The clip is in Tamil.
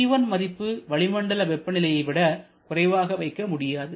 T1 மதிப்பு வளிமண்டல வெப்பநிலையை விட குறைவாக வைக்க முடியாது